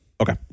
Okay